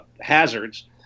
hazards